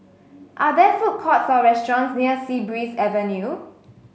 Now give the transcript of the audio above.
are there food courts or restaurants near Sea Breeze Avenue